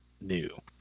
new